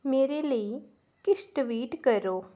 मेरे लेई किश ट्वीट करो